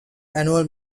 annual